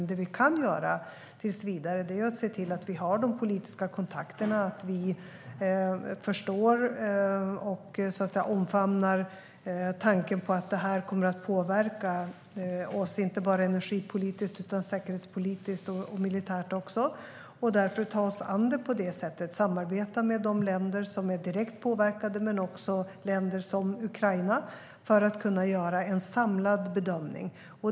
Det vi kan göra tills vidare är att se till att ha de politiska kontakterna, att förstå och omfamna tanken att det här kommer att påverka oss, inte bara energipolitiskt utan också säkerhetspolitiskt och militärt. Därför får vi ta oss an det genom att samarbeta med de länder som är direkt påverkade men också med länder som Ukraina, för att kunna göra en samlad bedömning.